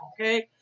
okay